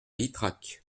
ytrac